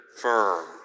firm